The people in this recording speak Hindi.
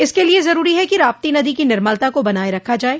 इसके लिये जरूरी है कि राप्ती नदी की निर्मलता को बनाये रखा जाये